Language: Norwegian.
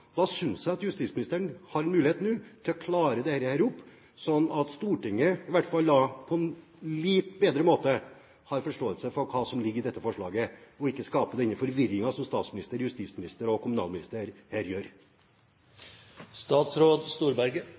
Da syns jeg at justisministeren nå har en mulighet til å oppklare dette, slik at Stortinget i hvert fall på en litt bedre måte vil ha forståelse for hva som ligger i dette forslaget, og ikke skape denne forvirringen som statsministeren, justisministeren og kommunalministeren her